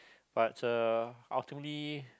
but uh ultimately